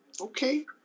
Okay